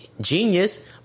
genius